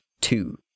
two